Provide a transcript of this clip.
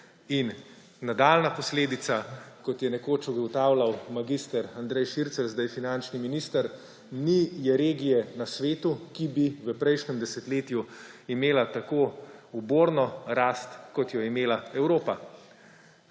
In nadaljnja posledica, kot je nekoč ugotavljal mag. Andrej Šircelj, zdaj finančni minister, ni je regije na svetu, ki bi v prejšnjem desetletju imela tako uborno rast, kot jo je imela Evropa.